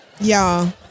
Y'all